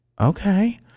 Okay